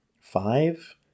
five